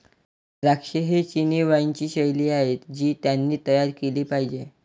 द्राक्षे ही चिनी वाइनची शैली आहे जी त्यांनी तयार केली पाहिजे